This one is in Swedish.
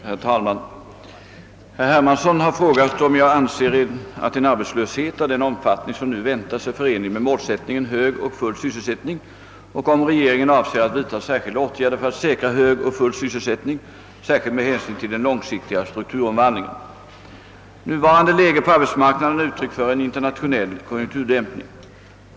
Herr talman! Herr Hermansson har frågat om jag anser att en arbetslöshet av den omfattning som nu väntas är förenlig med målsättningen hög och full sysselsättning och om regeringen avser att vidta särskilda åtgärder för att säkra hög och full sysselsättning särskilt med hänsyn till den långsiktiga strukturomvandlingen. Nuvarande läge på arbetsmarknaden är uttryck för en internationell konjunkturdämpning.